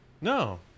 No